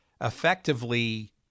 effectively